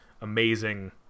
amazing